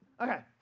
Okay